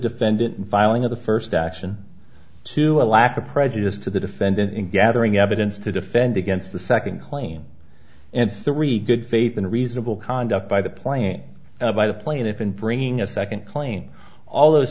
defendant and filing of the first action to a lack of prejudice to the defendant and gathering evidence to defend against the second claim and three good faith and reasonable conduct by the playing by the plaintiff in bringing a second claim all those